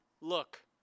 look